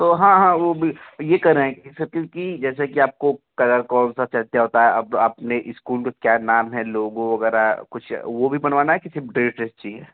तो हाँ हाँ वो बी यह कह रहे हैं कि सर क्योंकि जैसा कि आपको कलर कौन सा चाहते होता है अब आपने इस्कूल का क्या नाम है लोगो वगैरह कुछ वो भी बनवाना है कि सिर्फ ड्रेस ड्रेस चाहिए